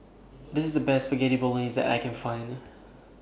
This IS The Best Spaghetti Bolognese that I Can Find